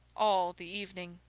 all the evening.